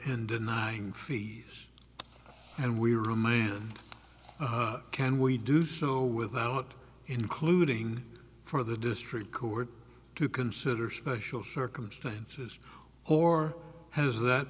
in denying free and we remain can we do show without including for the district court to consider special circumstances or has that